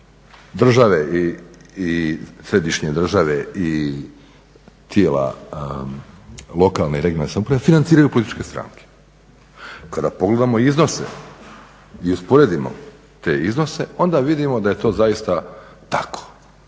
države i središnje države i tijela lokalne i regionalne samouprave financiraju političke stranke. Kada pogledamo iznose i usporedimo te iznose onda vidimo da je to zaista ja